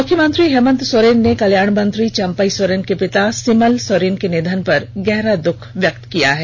मुख्यमंत्री हेमन्त सोरेन ने कल्याण मंत्री चम्पई सोरेन के पिता सिमल सोरेन के निधन पर गहरा दुख व्यक्त किया है